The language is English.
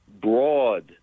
broad